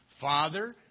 Father